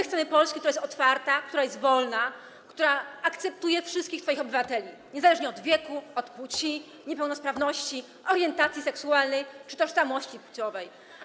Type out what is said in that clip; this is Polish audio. Chcemy Polski, która jest otwarta, która jest wolna, która akceptuje wszystkich swoich obywateli niezależnie od wieku, płci, niepełnosprawności, orientacji seksualnej czy tożsamości płciowej.